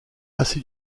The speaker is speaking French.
assez